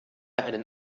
einen